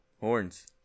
Horns